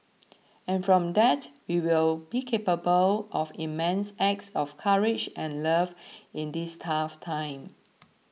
and from that we will be capable of immense acts of courage and love in this tough time